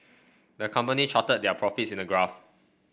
the company charted their profits in a graph